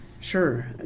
Sure